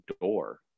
door